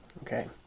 Okay